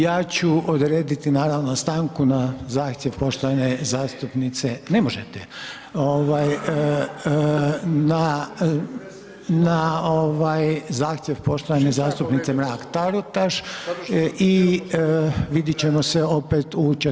Ja ću odrediti naravno stanku na zahtjev poštovane zastupnice, ne možete, ovaj na ovaj zahtjev poštovane zastupnice Mrak-Taritaš i vidit ćemo se opet u 14,32.